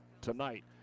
tonight